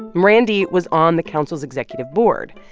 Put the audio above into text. um randy was on the council's executive board,